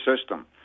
system